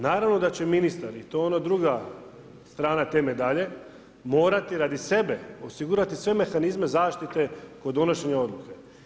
Naravno da će ministar i to je ono druga strana te medalje morati radi sebe osigurati sve mehanizme zaštite kod donošenja odluke.